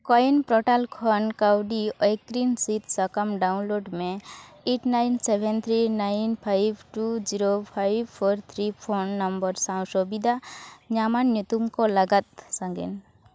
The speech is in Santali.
ᱠᱚᱭᱮᱱ ᱯᱚᱨᱴᱟᱞ ᱠᱷᱚᱱ ᱠᱟᱣᱰᱤ ᱚᱭᱮᱠᱨᱤᱱ ᱥᱤᱫ ᱥᱟᱠᱟᱢ ᱰᱟᱣᱩᱱᱞᱳᱰ ᱢᱮ eight nine seven three nine five two zero five four three phone number ᱥᱟᱶ ᱥᱩᱵᱤᱫᱟ ᱧᱟᱢᱟᱱ ᱧᱩᱛᱩᱢ ᱠᱚ ᱞᱟᱜᱟᱫ ᱥᱟᱜᱮᱱ